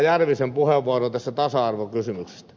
järvisen puheenvuoroa tästä tasa arvokysymyksestä